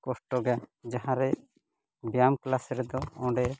ᱠᱚᱥᱴᱚ ᱜᱮ ᱡᱟᱦᱟᱸᱨᱮ ᱵᱮᱭᱟᱢ ᱠᱮᱞᱟᱥ ᱨᱮᱫᱚ ᱚᱸᱰᱮ